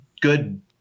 good